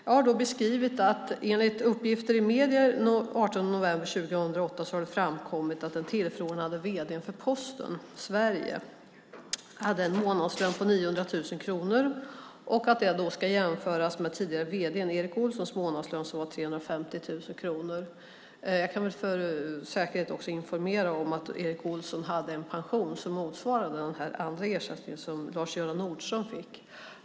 Jag har beskrivit att enligt uppgifter i medierna den 18 november 2008 har det framkommit att den tillförordnade vd:n för Posten Sverige hade en månadslön på 900 000 kronor. Det ska jämföras med tidigare vd:n Erik Olssons månadslön som var 350 000 kronor. Jag kan för säkerhets skull också informera om att Erik Olsson hade en pension som motsvarade den andra ersättning som Lars Göran Nordström fick.